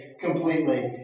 completely